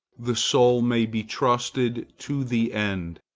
the soul may be trusted to the end.